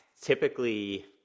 typically